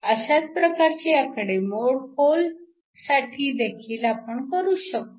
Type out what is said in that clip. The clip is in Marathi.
अशाच प्रकारची आकडेमोड होलसाठी देखील आपण करू शकू